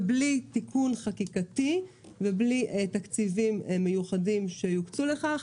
ובלי תיקון חקיקתי ובלי תקציבים מיוחדים שיוקצו לכך,